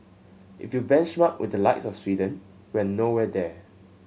if you benchmark with the likes of Sweden we're nowhere there